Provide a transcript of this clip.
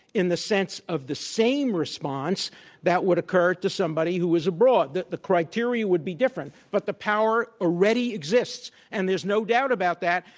in the sense of the same response that would occur to somebody who was abroad. the criteria would be different, but the power already exists. and there's no doubt about that.